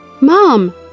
Mom